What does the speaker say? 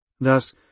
Thus